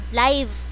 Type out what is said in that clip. live